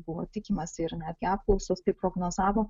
buvo tikimasi ir netgi apklausos tai prognozavo